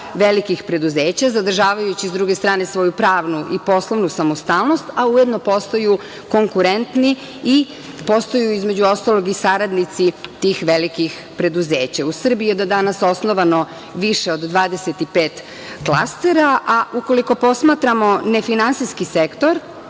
velikih preduzeća, zadržavajući sa druge strane svoju pravnu i poslovnu samostalnost, a ujedno postaju konkurentni i postaju, između ostalog i saradnici tih velikih preduzeća. U Srbiji je do danas osnovano više od 25 klastera, a ukoliko posmatramo nefinansijski sektor